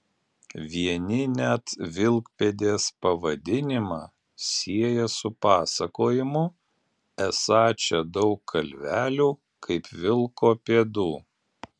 vieni net vilkpėdės pavadinimą sieja su pasakojimu esą čia daug kalvelių kaip vilko pėdų